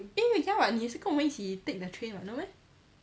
因为 ya [what] 你也是跟我们一起 take the train [what] no meh